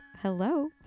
hello